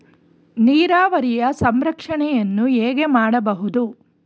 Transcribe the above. ನೀರಾವರಿಯ ಸಂರಕ್ಷಣೆಯನ್ನು ಹೇಗೆ ಮಾಡಬಹುದು?